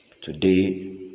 today